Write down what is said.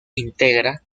integra